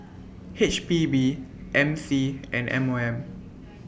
H P B M C and M O M